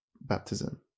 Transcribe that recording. baptism